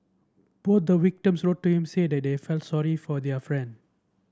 both the victims also wrote to him to say that they felt sorry for their friend